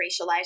racialized